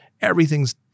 Everything's